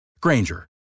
Granger